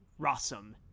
rossum